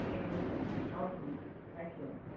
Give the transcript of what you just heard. ए हुन्छ हुन्छ हवस् हुन्छ राखेँ